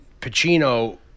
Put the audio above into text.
Pacino